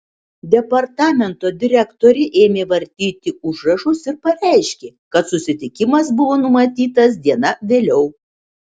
departamento direktorė ėmė vartyti užrašus ir pareiškė kad susitikimas buvo numatytas diena vėliau